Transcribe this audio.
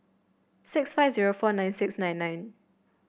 six five zero four nine six nine nine